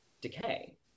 decay